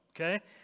Okay